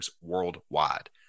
worldwide